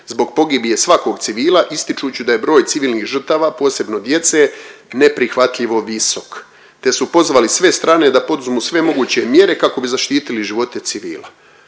zbog pogibije svakog civila ističući da je broj civilnih žrtava, posebno djece, neprihvatljivo visok, te su pozvali sve strane da poduzmu sve moguće mjere kako bi zaštitili živote civila.